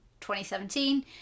2017